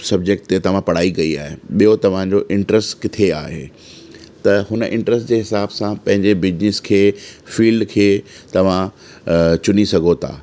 subject ते तव्हां पढ़ाई कई आहे ॿियों तव्हांजो इंटरस्ट किथे आहे त हुन इंटरस्ट जे हिसाब सां पंहिंजे बिजिनस खे फील्ड खे तव्हां चुनी सघो था